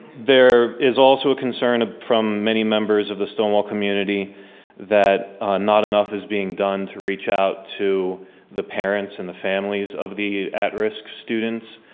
there is also a concern ah from many members of the stonewall community that not enough is being done to reach out to the parents and the families of the at risk students.